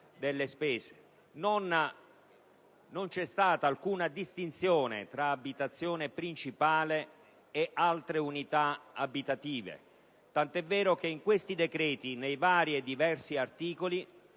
Non c'è stata alcuna distinzione tra abitazione principale e altre unità abitative, tant'è vero che in quel decreto, in diversi articoli,